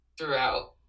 throughout